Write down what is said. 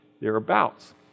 thereabouts